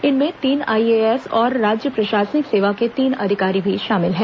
इनमें तीन आईएएस और राज्य प्रशासनिक सेवा के तीन अधिकारी भी शामिल हैं